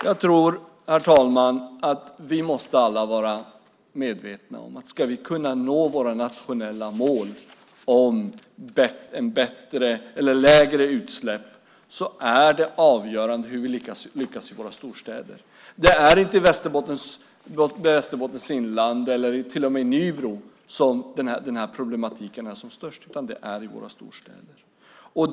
Jag tror, herr talman, att vi alla måste vara medvetna om att ska vi kunna nå våra nationella mål om lägre utsläpp är det avgörande hur vi lyckas i våra storstäder. Det är inte i Västerbottens inland eller i Nybro som den här problematiken är som störst utan det är i våra storstäder.